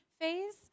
phase